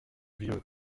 vieux